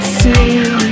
see